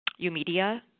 UMedia